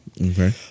Okay